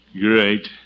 Great